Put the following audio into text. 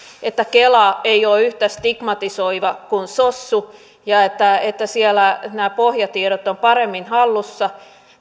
että kela ei ole yhtä stigmatisoiva kuin sossu ja että että siellä nämä pohjatiedot ovat paremmin hallussa